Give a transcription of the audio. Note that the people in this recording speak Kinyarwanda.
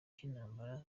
cy’intambara